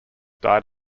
died